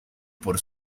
por